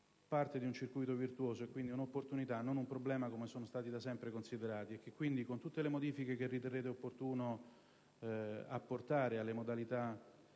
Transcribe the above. parte di un circuito virtuoso e, quindi, un'opportunità e non un problema come da sempre sono stati considerati. Pertanto, con tutte le modifiche che riterrete opportuno apportare a talune modalità